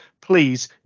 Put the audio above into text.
please